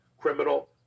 criminal